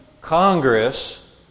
Congress